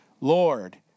Lord